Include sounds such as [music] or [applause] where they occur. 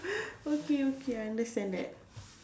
[breath] okay okay I understand that